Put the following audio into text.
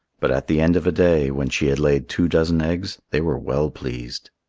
but at the end of a day, when she had laid two dozen eggs, they were well pleased.